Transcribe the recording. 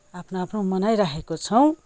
आफ्नो आफ्नो मनाइरहेको छौँ